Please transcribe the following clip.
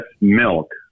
milk